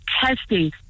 testing